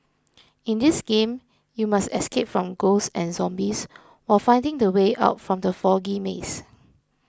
in this game you must escape from ghosts and Zombies while finding the way out from the foggy maze